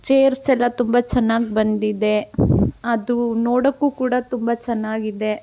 chairs ಎಲ್ಲ ತುಂಬ ಚೆನ್ನಾಗಿ ಬಂದಿದೆ ಅದು ನೋಡೋಕ್ಕೂ ಕೂಡ ತುಂಬ ಚೆನ್ನಾಗಿದೆ